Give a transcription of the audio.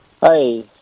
Hi